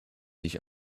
sich